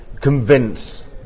convince